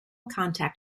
contact